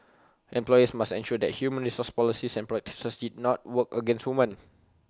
employers must ensure that human resource policies and practices not work against women